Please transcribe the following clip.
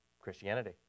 Christianity